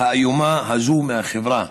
האיומה הזאת מהחברה.